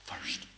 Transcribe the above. First